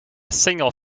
single